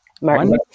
Martin